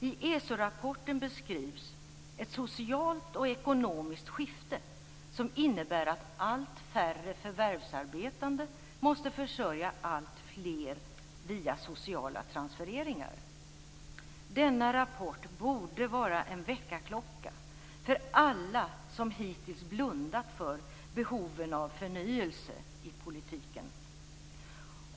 I ESO-rapporten beskrivs ett socialt och ekonomiskt skifte som innebär att allt färre förvärvsarbetande måste försörja alltfler via sociala transfereringar. Denna rapport borde vara en väckarklocka för alla som hittills blundat för behoven av förnyelse i politiken.